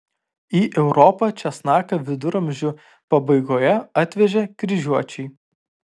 į europą česnaką viduramžių pabaigoje atvežė kryžiuočiai